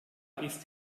ist